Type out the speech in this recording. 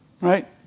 Right